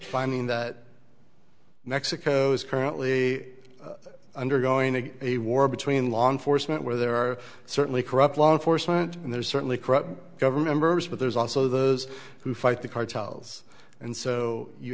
finding that mexico is currently undergoing a war between law enforcement where there are certainly corrupt law enforcement and there's certainly corrupt government but there's also those who fight the cartels and so you